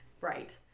Right